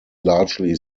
largely